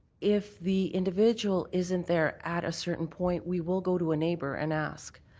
if the individual isn't there at a certain point, we will go to a neighbour and ask.